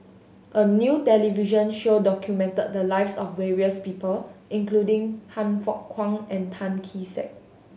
a new television show documented the lives of various people including Han Fook Kwang and Tan Kee Sek